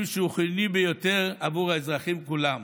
שהוא חיוני ביותר עבור האזרחים כולם.